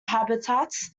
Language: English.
habitats